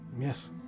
Yes